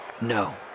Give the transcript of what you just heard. No